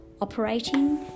operating